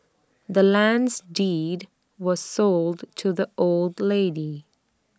the land's deed was sold to the old lady